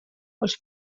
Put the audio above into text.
els